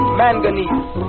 manganese